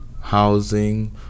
housing